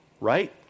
Right